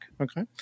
Okay